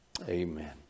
amen